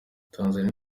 tanzania